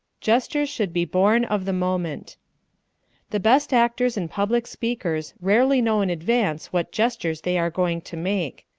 gestures should be born of the moment the best actors and public speakers rarely know in advance what gestures they are going to make.